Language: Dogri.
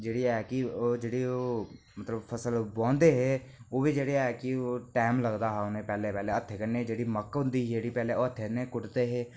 जेहड़ी है कि ओह् जेहड़ी मतलब फसल रांह्दे ऐ उ'ऐ जेहड़ा है कि टेंम लगदा हा उ'नेंगी पैह्लें पैह्लें हत्थें कन्नै जेहड़ी मक्क होंदी ही पैह्लें ओह् हत्थें कन्नै कुटदे हे